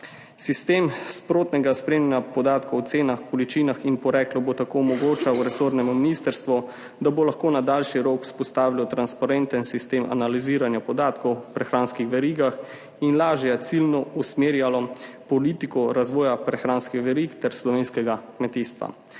Sistem sprotnega spremljanja podatkov o cenah, količinah in poreklu bo tako omogočal resornemu ministrstvu, da bo lahko na daljši rok vzpostavilo transparenten sistem analiziranja podatkov v prehranskih verigah in lažje ciljno usmerjalo politiko razvoja prehranskih verig ter slovenskega kmetijstva.